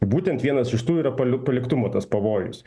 būtent vienas iš tų yra pali paliktumo tas pavojus